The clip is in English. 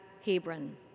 Hebron